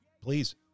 please